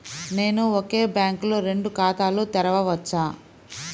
నేను ఒకే బ్యాంకులో రెండు ఖాతాలు తెరవవచ్చా?